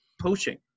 poaching